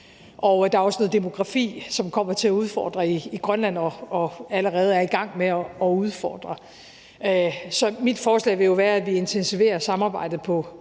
Der er også noget demografi, som kommer til at udfordre i Grønland og allerede er i gang med at udfordre Grønland. Så mit forslag vil jo være, at vi intensiverer samarbejdet på det